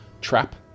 trap